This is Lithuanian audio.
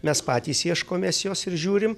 mes patys ieškomės jos ir žiūrim